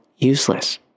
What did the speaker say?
useless